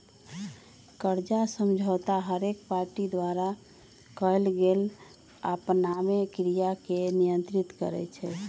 कर्जा समझौता हरेक पार्टी द्वारा कएल गेल आपनामे क्रिया के नियंत्रित करई छै